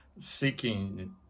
seeking